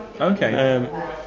Okay